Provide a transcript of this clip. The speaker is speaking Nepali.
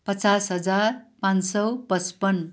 पचास हजार पाँच सय पचपन्न